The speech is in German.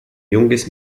junges